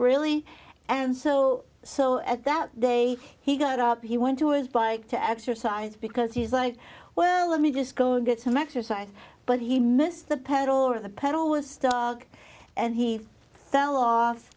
really and so so at that day he got up he went to his bike to exercise because he's like well let me just go and get some exercise but he missed the pedal or the pedal was dog and he fell off